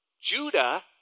Judah